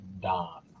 Don